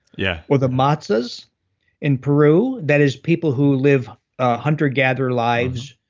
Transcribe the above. yeah. or the matses in peru. that is people who live hunter-gatherer lives,